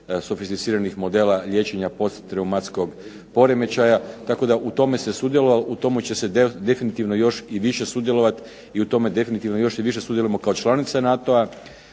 sofisticiranih modela liječenja posttraumatskog poremećaja. Tako da u tome se sudjelovalo i u tome će se definitivno više sudjelovati i u tome definitivno više sudjelujemo kao članica NATO-a.